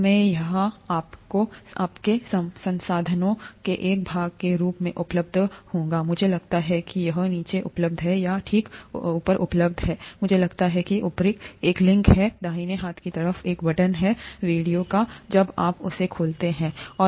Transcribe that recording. मैं यह आपके संसाधनों के एक भाग के रूप में उपलब्ध होगा मुझे लगता है कि यह नीचे उपलब्ध है या ठीकउपलब्ध है मुझे लगता है ऊपरकि एक लिंक है दाहिने हाथ की तरफ एक बटन है वीडियो जब आप खेलते उन्हेंहैं